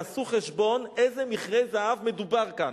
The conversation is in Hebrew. תעשו חשבון, איזה מכרה זהב מדובר כאן.